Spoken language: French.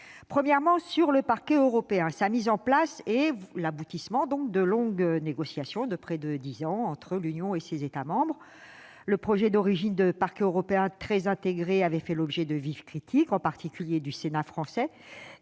Premièrement, concernant le Parquet européen, sa mise en place est l'aboutissement de longues négociations, de près de dix ans, entre l'Union et ses États membres. Le projet originel de Parquet européen « très intégré » avait fait l'objet de vives critiques, en particulier du Sénat français,